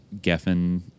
Geffen